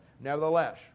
Nevertheless